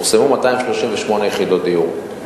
פורסמו 238 יחידות דיור,